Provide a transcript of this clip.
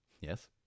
yes